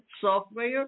software